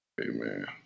Amen